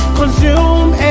consume